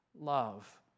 love